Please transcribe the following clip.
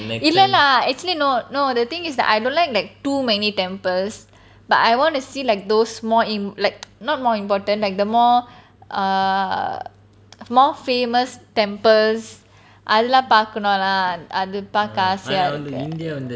இல்ல இல்ல:illa illa actually no no the thing is that I don't like like too many temples but I want to see like those more im~ like not more important like the more err more famous temples அதுலாம் பார்க்கணும்னு அது பார்க்க ஆசையா இருக்கு:adhulam paarkanumnu adhu paarka aasaiya iruku